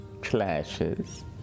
clashes